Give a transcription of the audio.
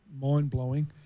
mind-blowing